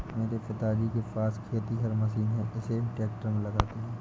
मेरे पिताजी के पास खेतिहर मशीन है इसे ट्रैक्टर में लगाते है